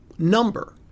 number